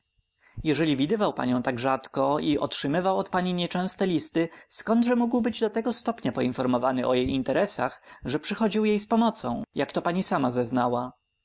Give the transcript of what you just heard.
jeżeli widywał panią tak rzadko i otrzymywał od pani nieczęste listy skądże mógł być do tego stopnia poinformowany o jej interesach aby przychodzić jej z pomocą jak to pani sama zeznała